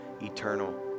eternal